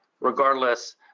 regardless